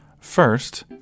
First